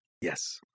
Yes